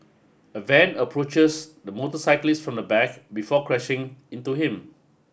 a van approaches the motorcyclist from the back before crashing into him